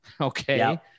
Okay